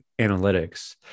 analytics